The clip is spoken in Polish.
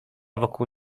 wokół